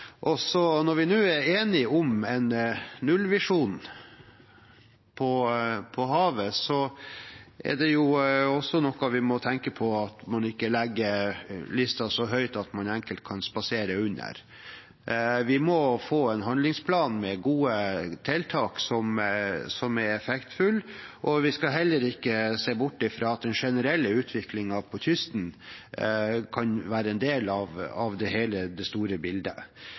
Når vi nå er enige om en nullvisjon på havet, må vi også passe på ikke å legge listen så høyt at man enkelt kan spasere under. Vi må få en handlingsplan med gode tiltak som er effektfulle. Vi skal heller ikke se bort ifra at den generelle utviklingen på kysten kan være en del av det store bildet. Vi vet at det blir færre og færre fartøyer, det